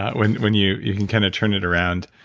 when when you you can kind of turn it around,